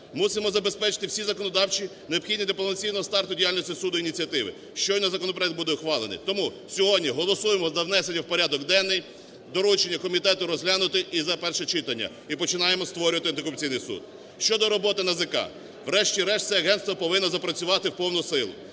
Мусимо забезпечити всі законодавчі, необхідні для повноцінного старту діяльності суду ініціативи, щойно законопроект буде ухвалений. Тому сьогодні голосуємо за внесення в порядок денний. Доручення комітету – розглянути і за перше читання. І починаємо створювати антикорупційний суд. Щодо роботи НАЗК. Врешті-решт це агентство повинно запрацювати в повну силу.